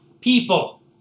people